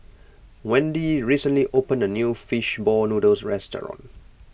Wende recently opened a new Fish Ball Noodles Restaurant